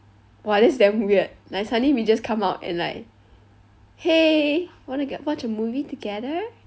!wah! that's damn weird like suddenly we just come out and like !hey! wanna go watch a movie together